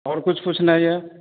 आओर किछु पूछनाइ यए